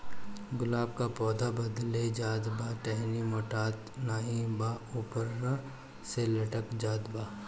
गुलाब क पौधा बढ़ले जात बा टहनी मोटात नाहीं बा ऊपर से लटक जात बा?